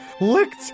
licked